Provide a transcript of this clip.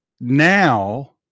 now